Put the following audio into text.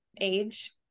age